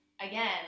again